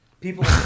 People